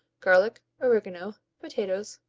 garlic, oregano, potatoes,